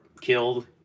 killed